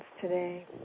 today